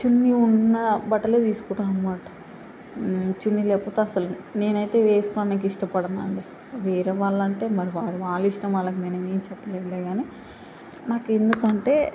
చున్నీ ఉన్న బట్టలే తీసుకుంటాము అన్నమాట చున్నీ లేకపోతే అసలు నేనైతే వేసుకోవడానికి ఇష్టపడనండి వేరే వాళ్ళు అంటే మరి అది వాళ్ళ ఇష్టం వాళ్ళకు నేను ఏమీ చెప్పలేనులే కానీ నాకు ఎందుకంటే